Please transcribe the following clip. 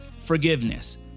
Forgiveness